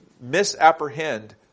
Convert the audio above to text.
misapprehend